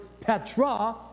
Petra